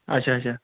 اچھا اچھا